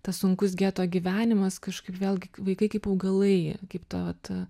tas sunkus geto gyvenimas kažkaip vėlgi k vaikai kaip augalai kaip ta vat